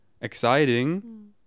exciting